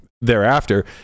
thereafter